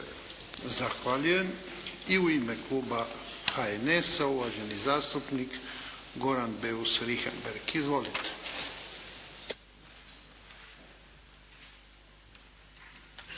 Zahvaljujem. I u ime kluba HNS-a uvaženi zastupnik Goran Beus Richembergh. Izvolite.